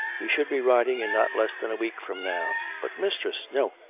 we should be riding in not less than a week from now. but, mistress no,